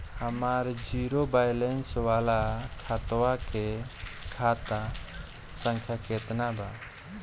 हमार zero balance वाला खतवा के खाता संख्या केतना बा?